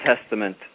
Testament